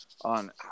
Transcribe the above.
on